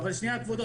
שנייה, כבודו.